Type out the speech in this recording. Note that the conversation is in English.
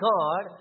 God